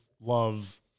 love